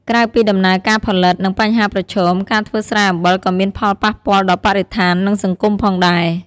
ក្រៅពីដំណើរការផលិត និងបញ្ហាប្រឈម ការធ្វើស្រែអំបិលក៏មានផលប៉ះពាល់ដល់បរិស្ថាន និងសង្គមផងដែរ។